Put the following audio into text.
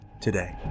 today